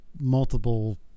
multiple